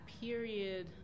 period